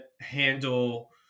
handle